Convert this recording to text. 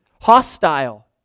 Hostile